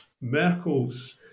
Merkel's